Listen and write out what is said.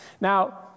Now